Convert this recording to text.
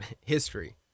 history